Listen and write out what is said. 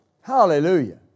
Hallelujah